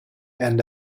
and